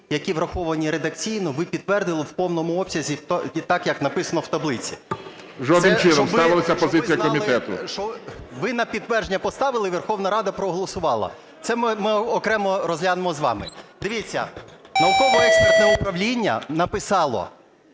які враховані редакційно, ви підтвердили в повному обсязі так як написано в таблиці. ГОЛОВУЮЧИЙ. Жодним чином, ставилася позиція комітету. ПАПІЄВ М.М. Це щоб ви знали, що ви на підтвердження поставили і Верховна Рада проголосувала, це ми окремо розглянемо з вами. Дивіться, Науково-експертне управління написало: